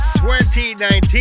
2019